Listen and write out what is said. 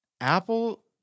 Apple